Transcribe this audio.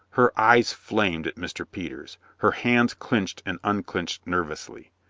her eyes flamed at mr. peters. her hands clenched and unclenched nervously.